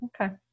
Okay